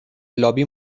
لابی